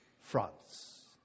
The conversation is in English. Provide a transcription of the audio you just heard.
France